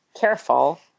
careful